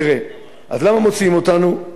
למה מוציאים אותנו?